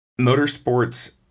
Motorsports